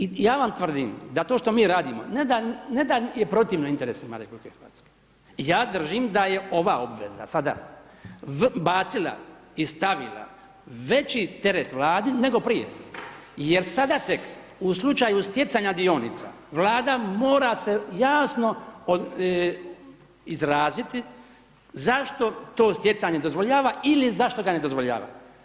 I ja vam tvrdim da to što mi radimo ne da je protivno interesima RH, ja držim da je ova obveza, sada bacila i stavila veći teret Vladi nego prije jer sada tek u slučaju stjecanja dionica Vlada mora se jasno izraziti zašto to stjecanje dozvoljava ili zašto ga ne dozvoljava.